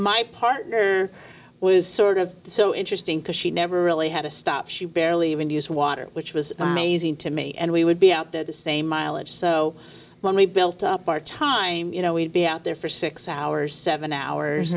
my partner was sort of so interesting because she never really had a stop she barely even used water which was amazing to me and we would be out there the same mileage so when we built up our time you know we'd be out there for six hours seven hours